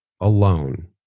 alone